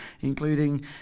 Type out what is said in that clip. including